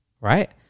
right